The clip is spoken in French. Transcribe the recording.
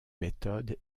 méthode